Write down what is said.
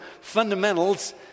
fundamentals